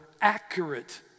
accurate